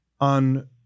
on